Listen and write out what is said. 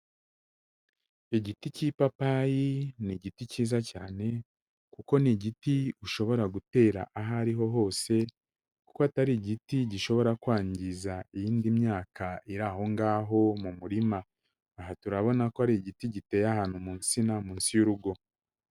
Igiti cy'ipapayi ni igiti cyiza cyane kuko ni igiti ushobora gutera aho ari ho hose kuko atari igiti gishobora kwangiza iyindi myaka iri aho ngaho mu murima, aha turabona ko ari igiti giteye ahantu mu nsina munsi y'urugo.